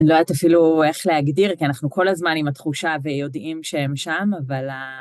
אני לא יודעת אפילו איך להגדיר, כי אנחנו כל הזמן עם התחושה ויודעים שהם שם, אבל ה...